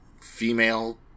female